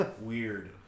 weird